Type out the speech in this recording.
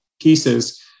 pieces